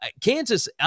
Kansas